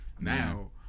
now